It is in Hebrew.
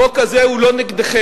החוק הזה הוא לא נגדכם.